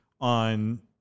on